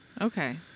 Okay